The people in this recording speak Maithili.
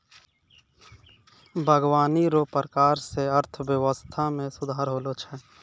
बागवानी रो प्रकार से अर्थव्यबस्था मे सुधार होलो छै